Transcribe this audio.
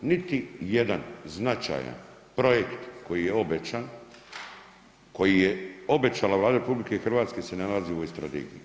Niti jedan značajan projekt koji je obećan, koji je obećala Vlada RH se ne nalazi u ovoj strategiji.